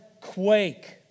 quake